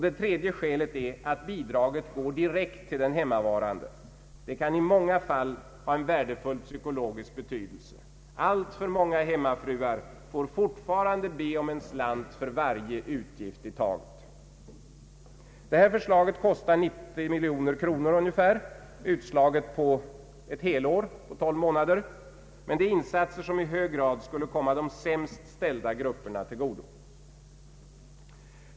Det tredje skälet är att bidraget går direkt till den hemmavarande. Det kan i många fall ha en värdefull psykologisk betydelse. Alltför många hemmafruar får fortfarande be om en slant för varje utgift i taget. Det här förslaget kostar cirka 90 miljoner kronor, utslaget på helt år, men det är insatser som i hög grad skulle komma de sämst ställda grupperna till godo.